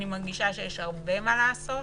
מרגישה שיש הרבה מה לעשות,